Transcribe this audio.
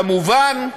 כמובן,